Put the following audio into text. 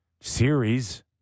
series